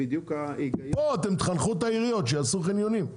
בואו, תחנכו את העיריות שיעשו חניונים.